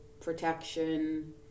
protection